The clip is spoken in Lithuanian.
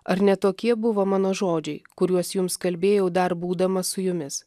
ar ne tokie buvo mano žodžiai kuriuos jums kalbėjau dar būdamas su jumis